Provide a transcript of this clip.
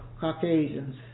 Caucasians